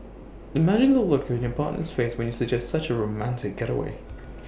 imagine the look on your partner's face when you suggest such A romantic getaway